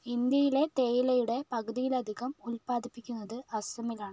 ഇന്ത്യയിലെ തേയിലയുടെ പകുതിയിലധികം ഉൽപാദിപ്പിക്കുന്നത് അസമിലാണ്